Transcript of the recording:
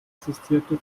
existierte